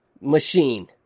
machine